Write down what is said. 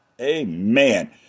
Amen